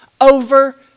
over